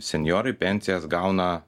senjorai pensijas gauna